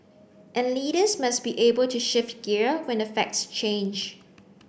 and leaders must be able to shift gear when the facts change